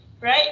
right